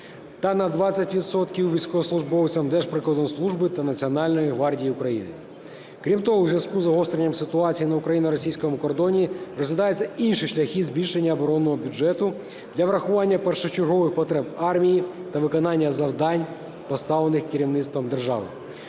– військовослужбовцям Держприкордонслужби та Національної гвардії України. Крім того, у зв'язку із загостренням ситуації на україно-російському кордоні розглядаються інші шляхи збільшення оборонного бюджету для врахування першочергових потреб армії та виконання завдань, поставлених керівництвом держави.